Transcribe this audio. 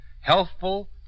Healthful